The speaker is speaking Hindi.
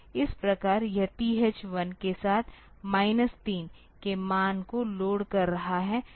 इस प्रकार यह TH 1 के साथ माइनस 3 के मान को लोड कर रहा है